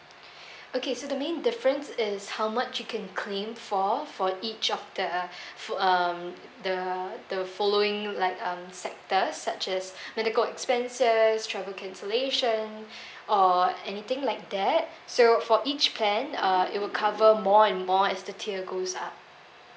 okay so the main difference is how much you can claim for for each of the fol~ uh the the following like um sectors such as medical expenses travel cancellation or anything like that so for each plan uh it will cover more and more as the tier goes up